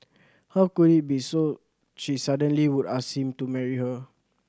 how could it be so she suddenly would ask him to marry her